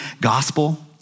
gospel